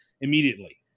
immediately